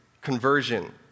conversion